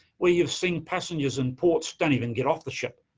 we have seen passengers in ports don't even get off the ship.